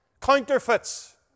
counterfeits